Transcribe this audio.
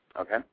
okay